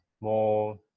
more